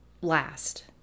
last